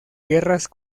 guerras